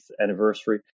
anniversary